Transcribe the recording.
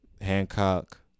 Hancock